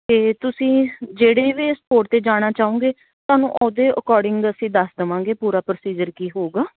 ਅਤੇ ਤੁਸੀਂ ਜਿਹੜੇ ਵੀ ਸਪੋਟ 'ਤੇ ਜਾਣਾ ਚਾਹੋਗੇ ਤੁਹਾਨੂੰ ਉਹਦੇ ਅਕੋਰਡਿੰਗ ਅਸੀਂ ਦੱਸ ਦੇਵਾਂਗੇ ਪੂਰਾ ਪ੍ਰੋਸੀਜਰ ਕੀ ਹੋਊਗਾ